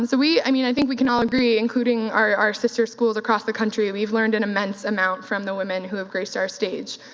um so i mean i think we can all agree, including our our sister schools across the country, we've learned an immense amount from the women who have graced our stage,